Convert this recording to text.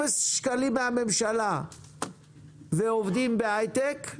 אפס שקלים מהממשלה ועובדים בהייטק,